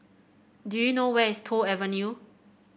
do you know where is Toh Avenue